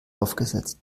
aufgesetzt